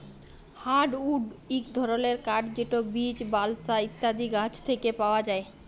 hardwood ইক ধরলের কাঠ যেট বীচ, বালসা ইত্যাদি গাহাচ থ্যাকে পাউয়া যায়